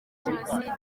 jenoside